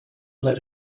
let